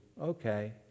okay